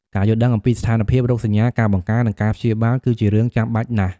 ការយល់ដឹងអំពីស្ថានភាព រោគសញ្ញា ការបង្ការ និងការព្យាបាល គឺជារឿងចាំបាច់ណាស់។